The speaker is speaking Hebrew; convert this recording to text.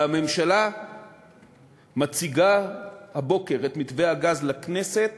והממשלה מציגה הבוקר את מתווה הגז לכנסת